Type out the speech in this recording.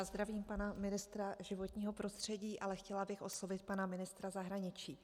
Zdravím pana ministra životního prostředí, ale chtěla bych oslovit pana ministra zahraničí.